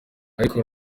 ariko